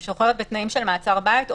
היא משוחררת בתנאים של מעצר בית,